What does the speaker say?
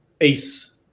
Ace